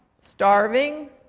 starving